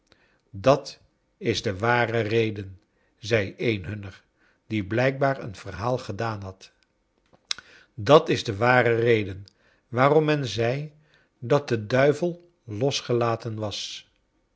dat is de ware reden zei een hunner die blrjkbaar een verhaal gedaan had dat is de ware reden waarom men zei dat de duivel losgelaten was